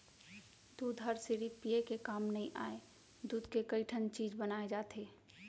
दूद हर सिरिफ पिये के काम नइ आय, दूद के कइ ठन चीज बनाए जाथे